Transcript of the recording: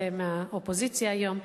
זה מהאופוזיציה היום,